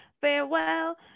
farewell